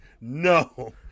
No